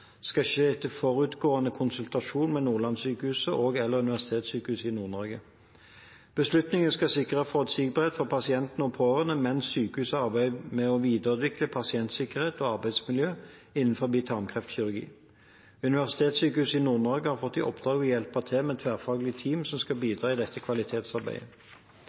skal sikre forutsigbarhet for pasientene og de pårørende mens sykehuset arbeider med å videreutvikle pasientsikkerhet og arbeidsmiljø innenfor tarmkreftkirurgi. Universitetssykehuset i Nord-Norge har fått i oppdrag å hjelpe til med tverrfaglige team som skal bidra i dette kvalitetsarbeidet.